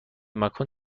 مکان